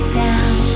down